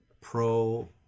pro